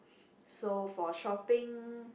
so for shopping